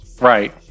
Right